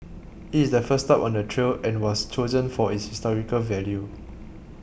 it is the first stop on the trail and was chosen for its historical value